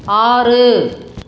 ஆறு